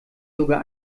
sogar